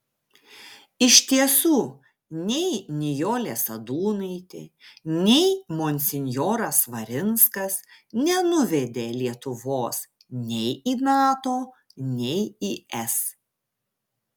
iš tiesų nei nijolė sadūnaitė nei monsinjoras svarinskas nenuvedė lietuvos nei į nato nei į es